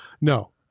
No